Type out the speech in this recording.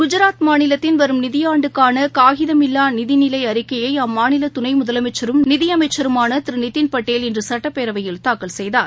குஜராத் மாநிலத்தின் வரும் நிதியாண்டுக்கான காகிதமில்லா நிதி நிலை அறிக்கையை அம்மாநில துணை முதலமைச்சரும் நிதி அமைச்சருமான திரு நிதின் படேல் இன்று சுட்டப்பேரவையில் தாக்கல் செய்தார்